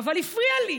אבל הפריע לי.